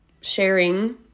sharing